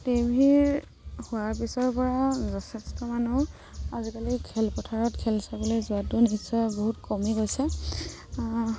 টিভিৰ হোৱাৰ পিছৰপৰা যথেষ্ট মানুহ আজিকালি খেলপথাৰত খেল চাবলৈ যোৱাটো নিশ্চয় বহুত কমি গৈছে